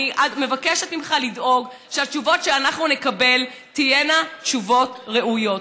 אני מבקשת ממך לדאוג שהתשובות שאנחנו נקבל תהיינה תשובות ראויות.